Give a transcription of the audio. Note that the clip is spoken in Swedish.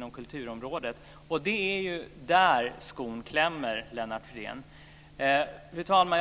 på kulturområdet. Och det är där skon klämmer, Lennart Fridén! Fru talman!